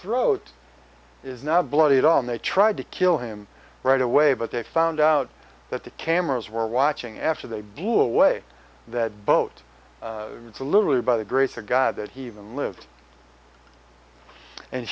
throat is now bloodied on they tried to kill him right away but they found out that the cameras were watching after they do away that boat literally by the grace of god that he even lived and